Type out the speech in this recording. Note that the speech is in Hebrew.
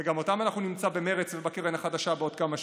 וגם אותם אנחנו נמצא במרצ ובקרן החדשה בעוד כמה שנים.